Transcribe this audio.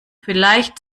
vielleicht